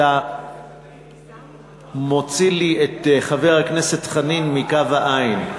אתה מוציא לי את חבר הכנסת חנין מקו העין,